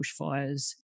bushfires